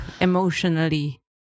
emotionally